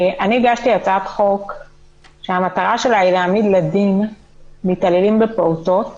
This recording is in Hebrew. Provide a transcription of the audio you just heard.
אני הגשתי הצעת חוק שהמטרה שלה היא להעמיד לדין מתעללים בפעוטות